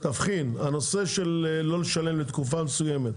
תבחין, הנושא של לא לשלם לתקופה מסוימת,